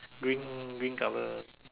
green green colour